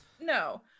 no